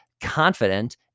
confident